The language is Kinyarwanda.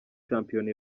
shampiyona